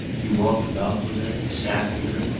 he walked about with her, sat with her,